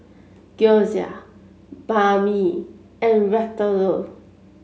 Gyoza Banh Mi and Ratatouille